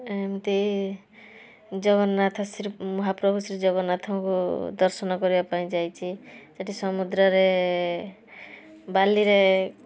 ଏମିତି ଜଗନ୍ନାଥ ଶ୍ରୀ ମହାପ୍ରଭୁ ଶ୍ରୀ ଜଗନ୍ନାଥଙ୍କୁ ଦର୍ଶନ କରିବା ପାଇଁ ଯାଇଛି ସେଇଠି ସମୁଦ୍ରରେ ବାଲିରେ